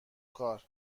کار